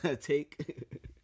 take